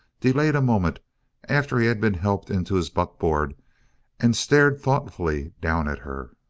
delayed a moment after he had been helped into his buckboard and stared thoughtfully down at her.